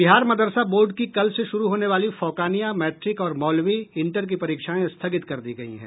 बिहार मदरसा बोर्ड की कल से शुरू होने वाली फौकानिया मैट्रिक और मौलवी इंटर की परीक्षाएं स्थगित कर दी गयी हैं